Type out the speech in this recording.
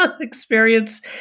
experience